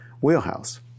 wheelhouse